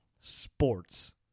Sports